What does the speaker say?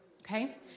Okay